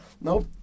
nope